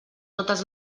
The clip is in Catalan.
totes